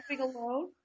alone